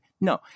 No